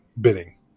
bidding